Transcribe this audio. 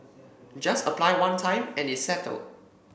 just apply one time and it's settled